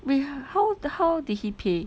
wait how the how did he pay